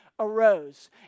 arose